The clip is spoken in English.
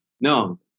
No